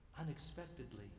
unexpectedly